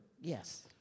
Yes